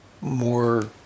more